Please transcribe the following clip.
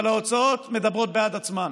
אבל ההוצאות מדברות בעד עצמן.